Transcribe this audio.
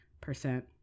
percent